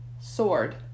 sword